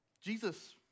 Jesus